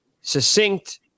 succinct